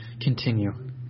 Continue